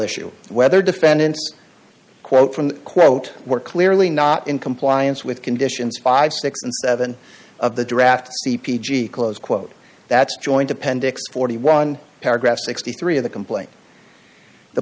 issue whether defendant quote from quote we're clearly not in compliance with conditions fifty six and seven of the draft c p g close quote that's joint appendix forty one paragraph sixty three of the complaint the